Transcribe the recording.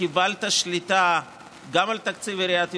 קיבלת שליטה גם על התקציב השנתי של עיריית ירושלים,